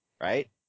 right